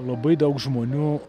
labai daug žmonių